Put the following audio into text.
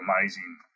amazing